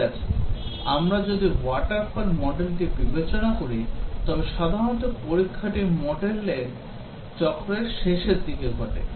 ঠিক আছে আমরা যদি waterfall মডেলটি বিবেচনা করি তবে সাধারণত পরীক্ষাটি মডেলটির চক্রের শেষের দিকে ঘটে